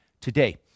Today